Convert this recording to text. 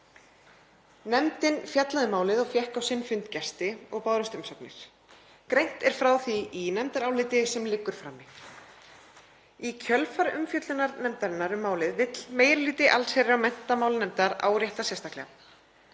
Nefndin fjallaði um málið, fékk á sinn fund gesti og bárust umsagnir. Greint er frá því í nefndaráliti sem liggur frammi. Í kjölfar umfjöllunar nefndarinnar um málið vill meiri hluti allsherjar- og menntamálanefndar árétta sérstaklega: